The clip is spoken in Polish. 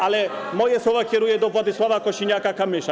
Ale moje słowa kieruję do Władysława Kosiniaka-Kamysza.